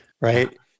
right